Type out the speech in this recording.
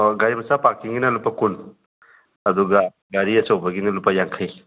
ꯑꯣ ꯒꯥꯔꯤ ꯃꯆꯥ ꯄꯥꯛꯀꯤꯡꯒꯤꯅ ꯂꯨꯄꯥ ꯀꯨꯟ ꯑꯗꯨꯒ ꯒꯥꯔꯤ ꯑꯆꯧꯕꯒꯤꯅ ꯂꯨꯄꯥ ꯌꯥꯡꯈꯩ